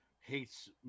hates